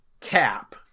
cap